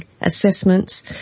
assessments